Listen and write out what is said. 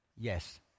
Yes